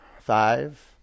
Five